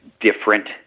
different